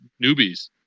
newbies